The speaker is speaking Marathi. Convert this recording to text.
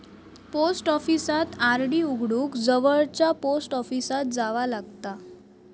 पोस्ट ऑफिसात आर.डी उघडूक जवळचा पोस्ट ऑफिसात जावा लागता